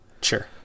Sure